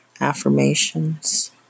affirmations